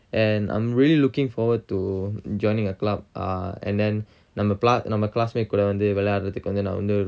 and I'm really looking forward to joining a club ah and then நம்ம:namma pla~ நம்ம:namma classmates கூட வந்து வெளையாடுரதுக்கு வந்து நா வந்து:kooda vanthu velayadurathukku vanthu na